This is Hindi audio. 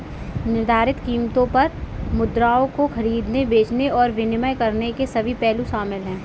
निर्धारित कीमतों पर मुद्राओं को खरीदने, बेचने और विनिमय करने के सभी पहलू शामिल हैं